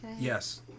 Yes